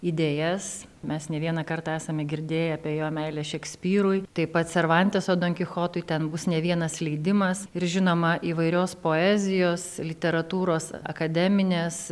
idėjas mes ne vieną kartą esame girdėję apie jo meilę šekspyrui taip pat servanteso donkichotui ten bus ne vienas leidimas ir žinoma įvairios poezijos literatūros akademinės